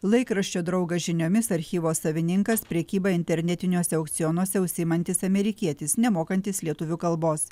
laikraščio draugas žiniomis archyvo savininkas prekyba internetiniuose aukcionuose užsiimantis amerikietis nemokantis lietuvių kalbos